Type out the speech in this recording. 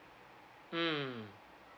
mm